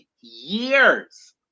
years